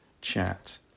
chat